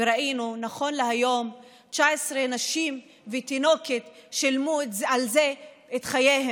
וראינו שנכון להיום 19 נשים ותינוקת שילמו על זה בחייהן.